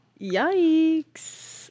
Yikes